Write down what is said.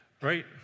Right